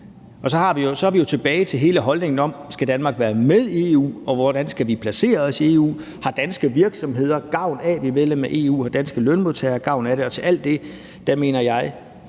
Så er vi tilbage til hele holdningen om, om Danmark skal være med i EU, og hvordan vi skal placere os i EU, om danske virksomheder har gavn af, at vi er medlem af EU, om danske lønmodtagere har gavn af det, og alt det siger jeg